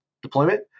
deployment